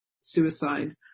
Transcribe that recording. suicide